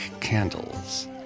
candles